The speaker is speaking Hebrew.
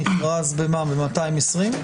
מכרז, ב-220?